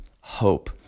hope